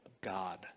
God